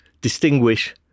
distinguish